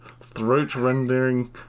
throat-rendering